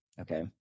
Okay